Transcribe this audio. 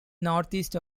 northeast